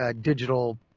digital